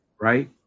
right